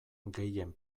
gehien